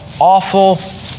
awful